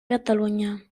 catalunya